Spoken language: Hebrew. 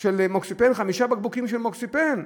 של "מוקסיפן", חמישה בקבוקים של "מוקסיפן"?